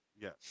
Yes